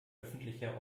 öffentlicher